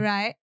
Right